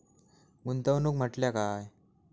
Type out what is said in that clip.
गुंतवणूक म्हटल्या काय?